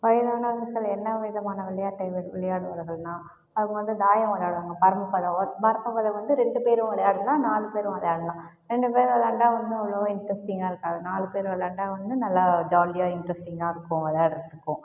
வயதானவர்கள் என்ன விதமான விளையாட்டை விளையாடுவார்கள்னா அவங்க வந்து தாயம் விளையாடுவாங்க பரமபதம் பரமபதம் வந்து ரெண்டு பேரும் விளையாடலாம் நாலு பேரும் விளையாடலாம் ரெண்டு பேர் விளையாண்டால் வந்து அவ்வளோவா இன்ட்ரெஸ்ட்டிங்காக இருக்காது நாலு பேர் விளையாண்டால் வந்து நல்ல ஜாலியாக இன்ட்ரெஸ்டிங்காக இருக்கும் விளையாடுறதுக்கும்